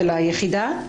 של היחידה?